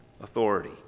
authority